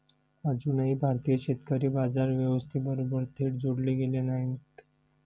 अजूनही भारतीय शेतकरी बाजार व्यवस्थेबरोबर थेट जोडले गेलेले नाहीत